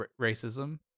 racism